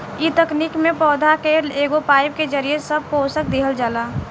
ए तकनीक में पौधा के एगो पाईप के जरिये सब पोषक देहल जाला